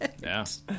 Yes